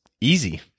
easy